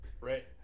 Right